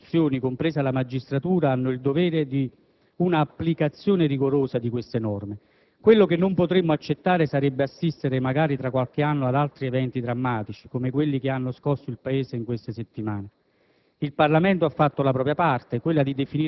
Ora il Governo, il potere esecutivo e tutte le istituzioni, compresa la magistratura, hanno il dovere di garantire un'applicazione rigorosa di queste norme. Quello che non potremmo accettare sarebbe assistere, magari tra qualche anno, ad altri eventi drammatici come quelli che hanno scosso il Paese in queste settimane.